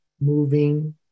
moving